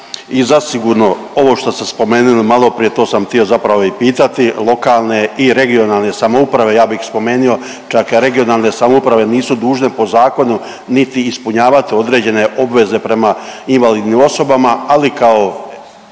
I zasigurno ovo što ste spomenuli maloprije to sam htio zapravo i pitati, lokalne i regionalne samouprave ja bih ih spomenio čak regionalne samouprave nisu dužne po zakonu niti ispunjavati određene obveze prema invalidnim osobama, ali kao